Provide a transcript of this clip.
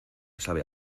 sabe